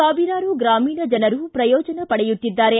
ಸಾವಿರಾರು ಗ್ರಾಮೀಣ ಜನರು ಪ್ರಯೋಜನ ಪಡೆಯುತ್ತಿದ್ದಾರೆ